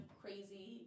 crazy